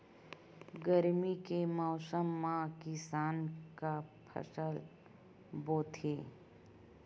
गरमी के मौसम मा किसान का फसल बोथे?